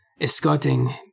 escorting